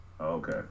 okay